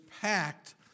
packed